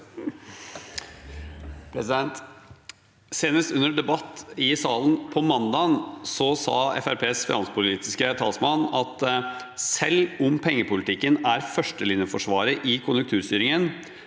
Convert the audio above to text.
Senest under debatten i salen på mandag sa Fremskrittspartiets finanspolitiske talsmann at selv om pengepolitikken er førstelinjeforsvaret i konjunkturstyringen,